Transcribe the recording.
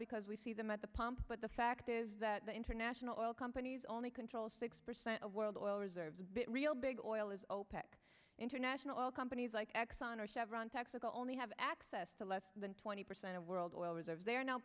because we see them at the pump but the fact is that the international oil companies only control six percent of world oil reserves real big oil is opec international oil companies like exxon or chevron texaco only have access to less than twenty percent of world oil reserves there